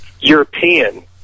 European